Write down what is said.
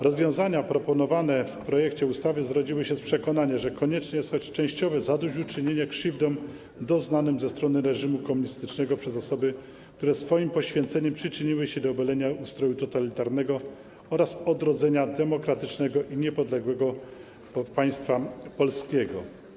Rozwiązania proponowane w projekcie ustawy zrodziły się z przekonania, że konieczne jest choć częściowe zadośćuczynienie krzywdom doznanym ze strony reżimu komunistycznego przez osoby, które swoim poświęceniem przyczyniły się do obalenia ustroju totalitarnego oraz odrodzenia demokratycznego i niepodległego państwa polskiego.